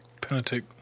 Pentateuch